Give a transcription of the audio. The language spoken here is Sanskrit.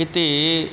इति